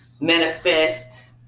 manifest